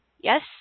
Yes